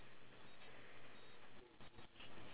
!aiyoyo!